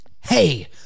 Hey